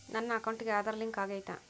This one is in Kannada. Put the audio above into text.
ನನ್ನ ಅಕೌಂಟಿಗೆ ಆಧಾರ್ ಲಿಂಕ್ ಆಗೈತಾ?